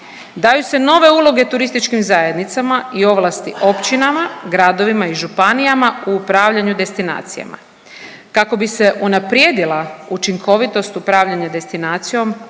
Daju se nove uloge turističkim zajednicama i ovlasti općinama, gradovima i županijama u upravljanju destinacijama. Kako bi se unaprijedila učinkovitost upravljanje destinacijom,